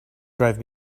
drive